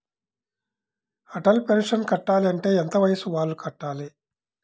Atal pension కట్టాలి అంటే ఎంత వయసు వాళ్ళు కట్టాలి?